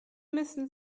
müssen